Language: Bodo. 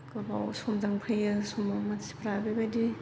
गोबाव समजों फैयो समाव मानसिफ्रा बेबायदि